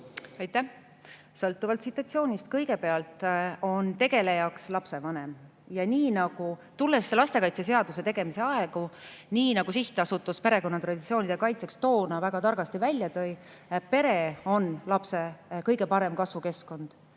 Aitäh! Sõltuvalt situatsioonist. Kõigepealt on tegelejaks lapsevanem. Tulles lastekaitseseaduse tegemise aega, nagu Sihtasutus Perekonna ja Traditsioonide Kaitseks toona väga targasti välja tõi, on pere lapse kõige parem kasvukeskkond